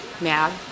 mad